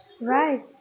Right